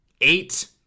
eight